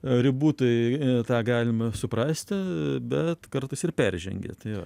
ribų tai tą galime suprasti bet kartais ir peržengia tai va